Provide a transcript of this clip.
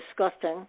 disgusting